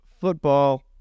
football